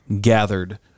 gathered